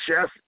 Chef